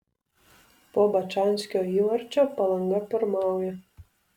po bačanskio įvarčio palanga pirmauja